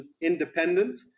independent